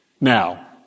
Now